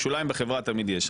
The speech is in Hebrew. שוליים בחברה תמיד יש.